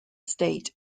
state